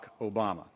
Obama